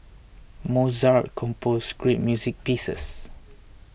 Mozart composed great music pieces